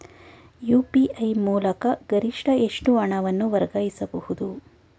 UPI ಮೂಲಕ ಗರಿಷ್ಠ ಎಷ್ಟು ಹಣವನ್ನು ವರ್ಗಾಯಿಸಬಹುದು?